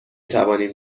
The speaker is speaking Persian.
توانیم